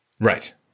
Right